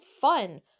fun